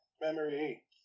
memory